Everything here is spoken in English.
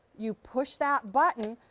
you push that but and